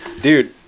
Dude